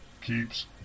keeps